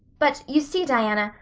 but you see, diana,